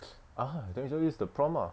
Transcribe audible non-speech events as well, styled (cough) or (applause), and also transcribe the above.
(noise) ah then you just use the prompt ah